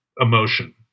emotion